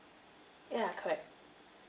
ya correct